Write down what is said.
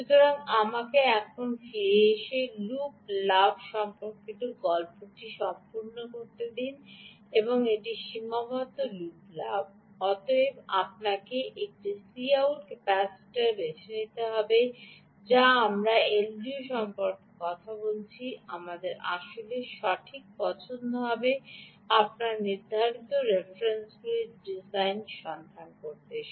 সুতরাং আমাকে এখন ফিরে আসি এবং লুপ লাভ সম্পর্কিত গল্পটি সম্পূর্ণ করতে দাও এটি একটি সীমাবদ্ধ লুপ লাভ এবং অতএব আপনাকে একটি Cout ক্যাপাসিটারটি বেছে নিতে হবে যা আমরা এলডিও সম্পর্কে কথা বলছি আমাদের আসলে সঠিক পছন্দ হতে হবে আপনাকে নির্ধারিত রেফারেন্স ডিজাইনটি সন্ধান করতে হবে